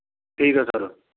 ਠੀਕ ਹੈ ਸਰ